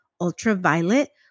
Ultraviolet